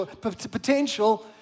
potential